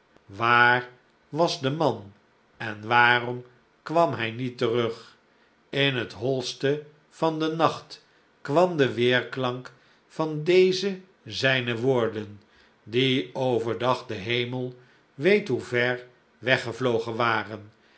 waar was de man en waarom kwam hij niet terug in het holste van den nacht kwam de weerklank van deze zijne woorden die over dag de hemel weet hoe ver weggevlogen waren